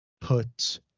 put